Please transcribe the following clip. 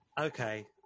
Okay